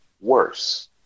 worse